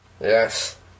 Yes